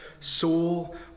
soul